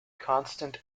constant